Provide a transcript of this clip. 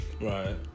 Right